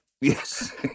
Yes